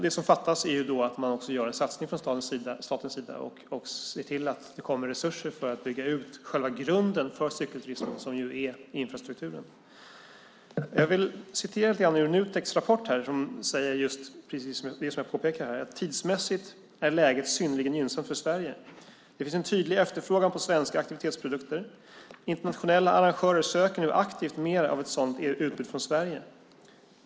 Det som fattas är att man gör en satsning från statens sida och ser till att det kommer resurser för att bygga ut själva grunden för cykelturismen, som är infrastrukturen. Jag vill citera ur Nuteks rapport. Där sägs precis det som jag påpekade: "Tidsmässigt är läget synnerligen gynnsamt för Sverige. Det finns en tydlig efterfrågan på svenska aktivitetsprodukter - internationella arrangörer söker nu aktivt mer av ett sådant utbud från Sverige.